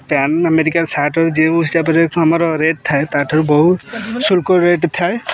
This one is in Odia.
ପ୍ୟାନ୍ ଆମେରିକା ସାର୍ଟରୁ ଯେଉଁ ହିସାବରେ ଆମର ରେଟ୍ ଥାଏ ତା'ଠାରୁ ବହୁ ଶୁଳ୍କ ରେଟ୍ ଥାଏ